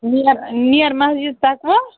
نِیر نِیر مَسجد تقویٰ